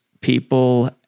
people